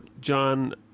John